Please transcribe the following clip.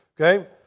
Okay